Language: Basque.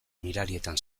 mirarietan